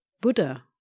Buddha